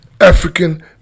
African